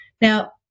Now